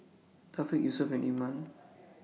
Thaqif Yusuf and Iman